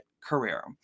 career